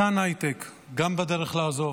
סאן הייטק גם בדרך לעזוב,